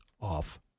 off